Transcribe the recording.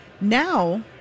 Now